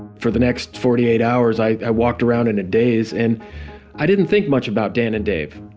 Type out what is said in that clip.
for the next forty eight hours, i walked around in a daze and i didn't think much about dan and dave.